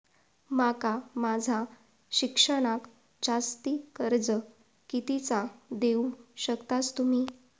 माका माझा शिक्षणाक जास्ती कर्ज कितीचा देऊ शकतास तुम्ही?